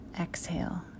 exhale